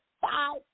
five